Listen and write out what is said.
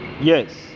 Yes